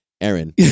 Aaron